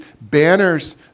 banners